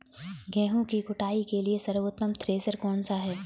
गेहूँ की कुटाई के लिए सर्वोत्तम थ्रेसर कौनसा है?